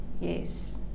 yes